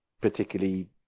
particularly